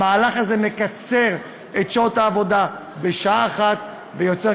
המהלך הזה מקצר את מספר שעות העבודה בשעה אחת ויוצר,